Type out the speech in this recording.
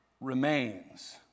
remains